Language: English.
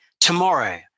tomorrow